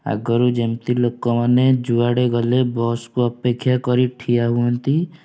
ଆଗରୁ ଯେମତି ଲୋକମାନେ ଯୁଆଡ଼େ ଗଲେ ବସ୍କୁ ଅପେକ୍ଷା କରି ଠିଆ ହୁଅନ୍ତି